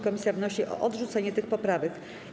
Komisja wnosi o odrzucenie tych poprawek.